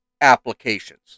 applications